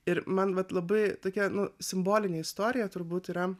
ir man vat labai tokia simbolinė istorija turbūt yra